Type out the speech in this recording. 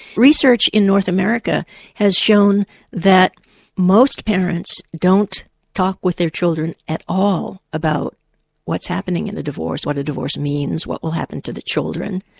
research in north america has shown that most parents don't talk with their children at all about what's happening in the divorce what a divorce means, what will happen to the children.